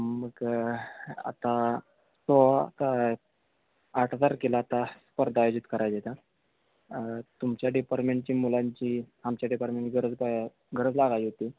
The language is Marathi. मग आता तो काय आठबार केला होता स्पर्धा आयोजित करायची तर तुमच्या डिपारमेंटची मुलांची आमच्या डिपारमेंटची गरज काय आहे गरज लागायची होती